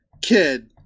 kid